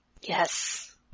Yes